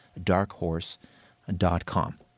darkhorse.com